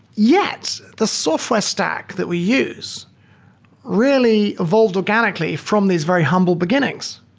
yet the software stack that we use really evolved organically from these very humble beginnings.